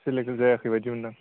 select जायाखैबायदि मोनदां